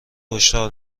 هشدار